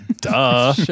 duh